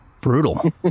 Brutal